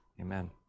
amen